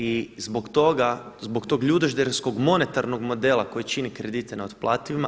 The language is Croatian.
I zbog toga, zbog tog ljudožderskog monetarnog modela koji čini kredite neotplativima.